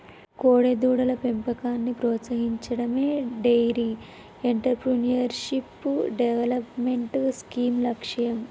కోడెదూడల పెంపకాన్ని ప్రోత్సహించడమే డెయిరీ ఎంటర్ప్రెన్యూర్షిప్ డెవలప్మెంట్ స్కీమ్ లక్ష్యం